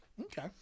Okay